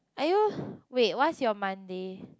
[aiyo] wait what's your Monday